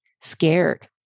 scared